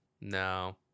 No